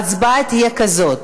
ההצבעה תהיה כזאת: